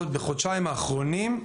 בחודשיים האחרונים,